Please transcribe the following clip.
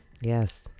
Yes